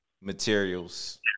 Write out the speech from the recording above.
materials